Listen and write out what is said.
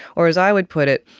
or, as i would put it,